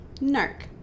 Nark